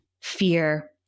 Fear